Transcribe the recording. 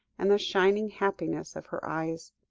and the shining happiness of her eyes.